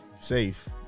Safe